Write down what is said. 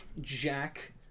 Jack